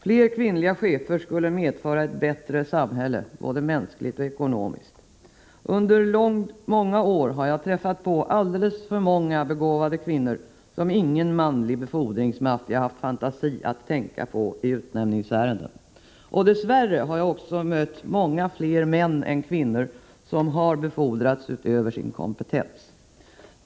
Fler kvinnliga chefer skulle medföra ett bättre samhälle både mänskligt och ekonomiskt. Under många år har jag träffat på alltför många begåvade kvinnor, som ingen manlig befordringsmaffia har haft fantasi att tänka på i utnämningsärenden. Dess värre har jag också mött många fler män än kvinnor som har befordrats över sin kompetens.